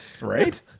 right